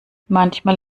manchmal